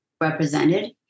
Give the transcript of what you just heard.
represented